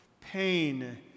pain